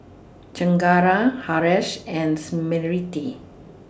Chengara Haresh and Smriti